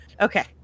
Okay